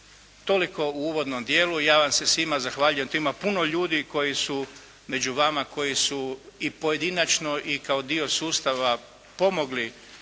Toliko u uvodnom dijelu. Ja vam se svima zahvaljujem. Tu ima puno ljudi među vama koji su i pojedinačno i kao dio sustava pomogli